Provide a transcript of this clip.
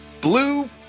Blue